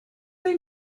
they